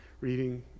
reading